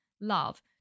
love